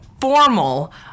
formal